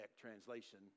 translation